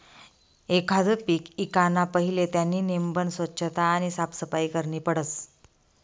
एखांद पीक ईकाना पहिले त्यानी नेमबन सोच्छता आणि साफसफाई करनी पडस